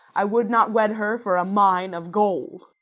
i would not wed her for a mine of gold.